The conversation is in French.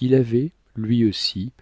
il avait lui aussi